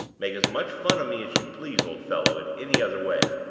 make as much fun of me as you please, old fellow, in any other way.